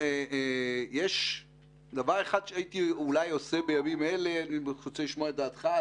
יש דבר אחד שהייתי עושה בימים אלה והייתי רוצה לשמוע את דעתך.